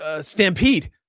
stampede